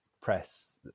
press